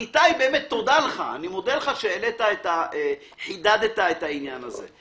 איתי, אני מודה לך שחידדת את העניין הזה.